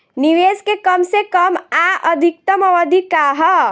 निवेश के कम से कम आ अधिकतम अवधि का है?